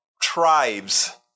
tribes